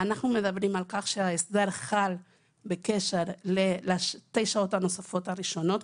אנחנו מדברים על כך שההסדר חל בקשר לשתי שעות הנוספות הראשונות.